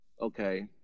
Okay